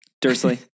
Dursley